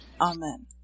Amen